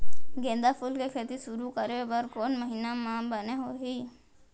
गेंदा फूल के खेती शुरू करे बर कौन महीना मा बने होही?